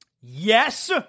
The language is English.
Yes